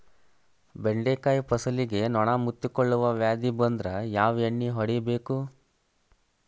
ಬೆಂಡೆಕಾಯ ಫಸಲಿಗೆ ನೊಣ ಮುತ್ತಿಕೊಳ್ಳುವ ವ್ಯಾಧಿ ಬಂದ್ರ ಯಾವ ಎಣ್ಣಿ ಹೊಡಿಯಬೇಕು?